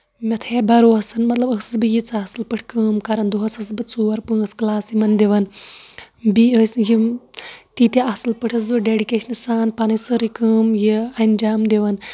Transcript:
مےٚ تھاوے بَروسَن مطلب ٲسٕس بہٕ ییٖژاہ اصٕل پٲٹھۍ کٲم کران دۄہَس ٲسٕس بہٕ ژور پانژھ کَلاس یِمن دِوان بیٚیہِ ٲسۍ یِم تیٖتیہ اَصٕل پٲٹھۍ ٲسٕس بہٕ ڈیڈِکیشنہٕ سان پَنٕنۍ سٲرٕے کٲم یہِ اَنجام دِوان